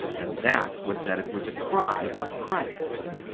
and that was that it was a cry of fright.